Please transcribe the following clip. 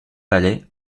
palais